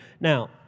Now